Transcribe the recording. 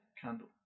candle